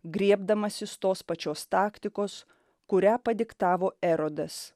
griebdamasis tos pačios taktikos kurią padiktavo erodas